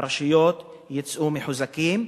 הרשויות יצאו מחוזקות,